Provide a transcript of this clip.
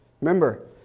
Remember